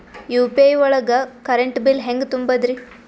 UPI ಒಳಗ current bill ಹೆಂಗ್ ತುಂಬದ್ರಿ?